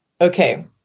Okay